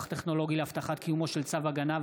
טכנולוגי להבטחת סיומו של צו הגנה,